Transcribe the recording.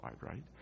right